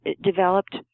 developed